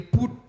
put